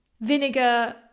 vinegar